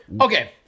okay